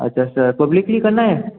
अच्छा sir publicly खाना है